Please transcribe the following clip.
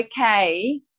okay